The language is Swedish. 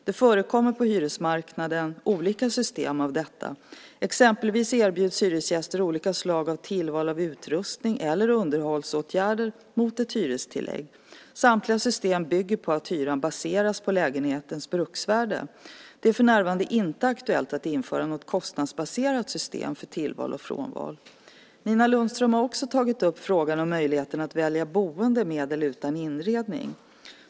Det förekommer på hyresmarknaden olika system för detta. Exempelvis erbjuds hyresgäster olika slag av tillval av utrustning eller underhållsåtgärder mot ett hyrestillägg. Samtliga system bygger på att hyran baseras på lägenhetens bruksvärde. Det är för närvarande inte aktuellt att införa något kostnadsbaserat system för tillval och frånval. Nina Lundström har också tagit upp frågan om möjligheten att välja boende med eller utan inredning.